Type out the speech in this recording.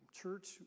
church